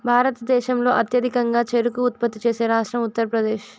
భారతదేశంలో అత్యధికంగా చెరకు ఉత్పత్తి చేసే రాష్ట్రం ఉత్తరప్రదేశ్